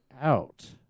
out